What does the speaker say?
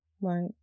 Right